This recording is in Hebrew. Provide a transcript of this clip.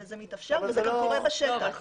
וזה מתאפשר וז גם קורה בשטח.